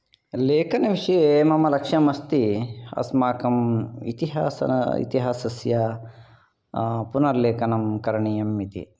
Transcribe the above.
लेखनविषये मम लक्ष्यम् अस्ति अस्माकं इतिहासः इतिहासस्य पुनर्लेखनं करणीयमिति